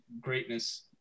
greatness